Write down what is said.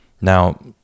now